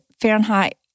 Fahrenheit